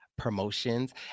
promotions